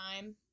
time